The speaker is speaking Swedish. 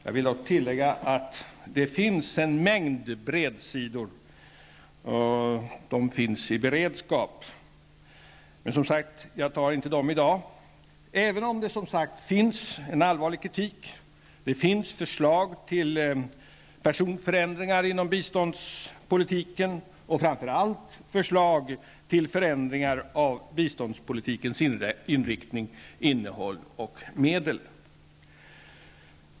Jag vill dock tillägga att det finns en mängd bredsidor i beredskap, men jag avlossar inte dem i dag, även om det som sagt finns en allvarlig kritik. Det finns förslag till personförändringar inom biståndspolitiken och framför allt förslag till förändringar av biståndspolitikens inriktning, innehåll och medel.